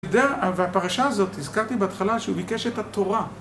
והפרשה הזאת, הזכרתי בהתחלה, שהוא ביקש את התורה.